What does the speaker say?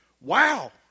wow